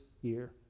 year